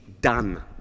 done